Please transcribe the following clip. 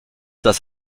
das